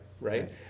Right